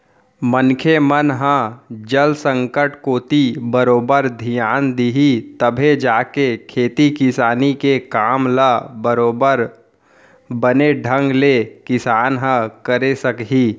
मनखे मन ह जल संकट कोती बरोबर धियान दिही तभे जाके खेती किसानी के काम ल बरोबर बने ढंग ले किसान ह करे सकही